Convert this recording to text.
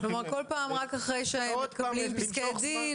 כלומר בכל פעם רק אחרי שמתקבלים פסקי דין